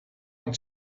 want